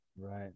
Right